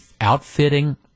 outfitting